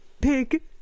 big